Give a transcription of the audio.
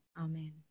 Amen